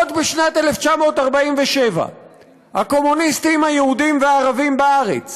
עוד בשנת 1947 הקומוניסטים היהודים והערבים בארץ